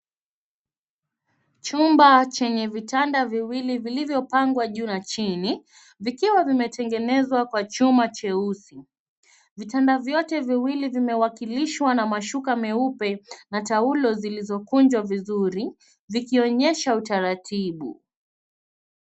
Chumba chenye vitanda viwili vilivyopangwa juu na chini vikiwa vimetengenezwa kwa chuma cheusi. Vitanda vyote viwili vimewakilishwa na mashuka meupe na taulo zilizokunjwa vizuri vikionyesha utaratibu.